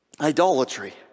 Idolatry